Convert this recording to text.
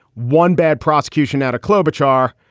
one bad prosecution at a club, h r.